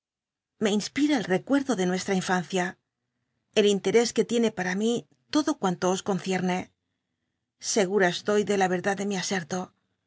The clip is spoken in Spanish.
me inspia el recuerdo de nuelra infancia el intcés tue tiene ara mi lodo cuanto os concierne segura c toy de la edacl de mi aserto